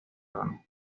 órgano